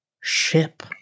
ship